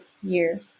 years